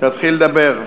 תתחיל לדבר.